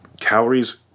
Calories